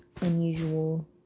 unusual